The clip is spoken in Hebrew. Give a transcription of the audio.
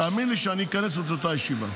תאמין לי שאני אכנס את אותה ישיבה,